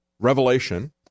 Revelation